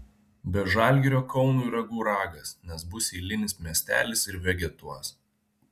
be žalgirio kaunui ragų ragas nes bus eilinis miestelis ir vegetuos